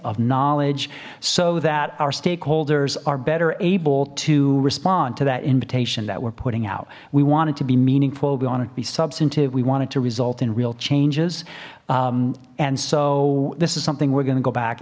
of knowledge so that our stakeholders are better able to respond to that invitation that we're putting out we want it to be meaningful we want to be substantive we want it to result in real changes and so this is something we're gonna go back